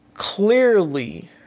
Clearly